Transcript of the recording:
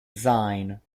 zine